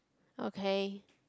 okay